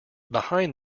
behind